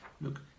look